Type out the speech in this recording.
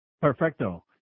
Perfecto